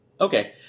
Okay